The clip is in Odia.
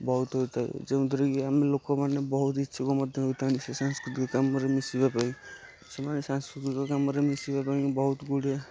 ବହୁତ ହୋଇଥାଏ ଯେଉଁଥିରେ କି ଆମ ଲୋକମାନେ ବହୁତ ଇଚ୍ଚୁକ ମଧ୍ୟ ହୋଇଥାନ୍ତି ସାଂସ୍କୃତିକ କାମରେ ମିଶିବା ପାଇଁ ସେମାନେ ସାଂସ୍କୃତିକ କାମରେ ମିଶିବା ପାଇଁ ବହୁତ ଗୁଡ଼ିଏ